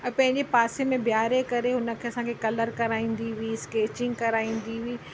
ऐं पंहिंजे पासे में ॿिहारे करे हुन खे असांखे कलर कराईंदी हुई स्कैचिंग कराईंदी हुई